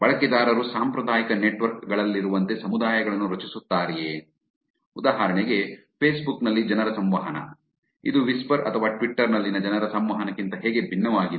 ಬಳಕೆದಾರರು ಸಾಂಪ್ರದಾಯಿಕ ನೆಟ್ವರ್ಕ್ ಗಳಲ್ಲಿರುವಂತೆ ಸಮುದಾಯಗಳನ್ನು ರಚಿಸುತ್ತಾರೆಯೇ ಉದಾಹರಣೆಗೆ ಫೇಸ್ಬುಕ್ ನಲ್ಲಿ ಜನರ ಸಂವಹನ ಇದು ವಿಸ್ಪರ್ ಅಥವಾ ಟ್ವಿಟರ್ ನಲ್ಲಿನ ಜನರ ಸಂವಹನಕ್ಕಿಂತ ಹೇಗೆ ಭಿನ್ನವಾಗಿದೆ